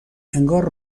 انگار